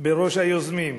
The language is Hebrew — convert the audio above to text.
בראש היוזמים,